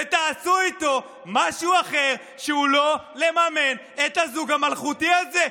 ותעשו איתו משהו אחר שהוא לא לממן את הזוג המלכותי הזה.